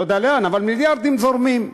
לא יודע לאן, אבל מיליארדים זורמים.